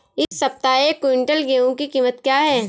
इस सप्ताह एक क्विंटल गेहूँ की कीमत क्या है?